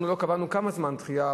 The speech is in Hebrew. אנחנו לא קבענו כמה זמן הדחייה,